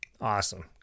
Awesome